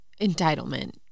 entitlement